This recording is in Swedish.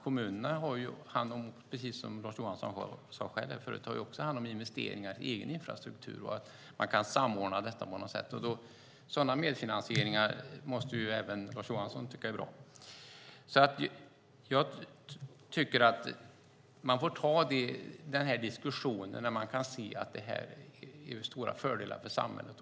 Kommunerna har, precis som Lars Johansson sade, hand om investeringar i egen infrastruktur, och ibland kan man samordna detta. Sådana medfinansieringar måste även Lars Johansson tycka är bra. Jag tycker att man får ta den här diskussionen när man kan se att det här har stora fördelar för samhället.